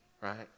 right